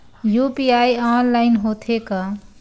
UPI online होथे का?